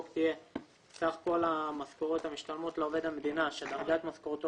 תהיה סך כל המשכורת המשתלמת לעובד המדינה שדרגת משכורתו